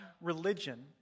religion